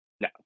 No